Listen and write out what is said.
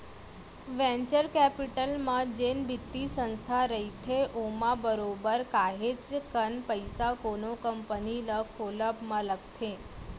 venture capital म जेन बित्तीय संस्था रहिथे ओमा बरोबर काहेच कन पइसा कोनो कंपनी ल खोलब म लगथे